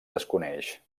desconeix